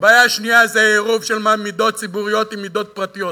הבעיה השנייה היא עירוב של מידות ציבוריות במידות פרטיות.